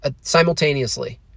simultaneously